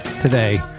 today